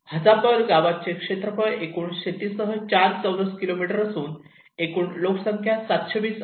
हजापर गावाचे क्षेत्रफळ एकूण शेतीसह 4 चौरस किलोमीटर असून एकूण लोकसंख्या 720 आहे